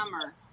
summer